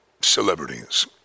celebrities